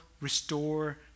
restore